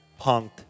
Punked